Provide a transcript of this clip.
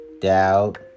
doubt